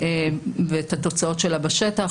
ואת התוצאות שלה בשטח.